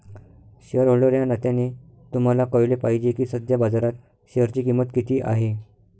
shareholder या नात्याने तुम्हाला कळले पाहिजे की सध्या बाजारात शेअरची किंमत किती आहे